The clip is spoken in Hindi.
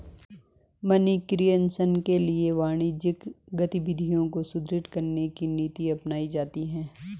मनी क्रिएशन के लिए वाणिज्यिक गतिविधियों को सुदृढ़ करने की नीति अपनाई जाती है